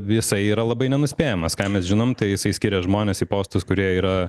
jisai yra labai nenuspėjamas ką mes žinom tai jisai skiria žmones į postus kurie yra